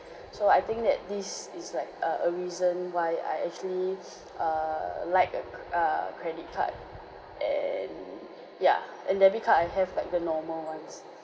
so I think that this is like uh a reason why I actually err like uh err credit card and yeah and debit card I have but the normal ones